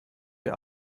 der